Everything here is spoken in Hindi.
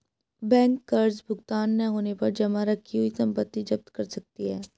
बैंक कर्ज भुगतान न होने पर जमा रखी हुई संपत्ति जप्त कर सकती है